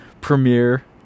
premiere